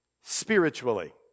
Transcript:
spiritually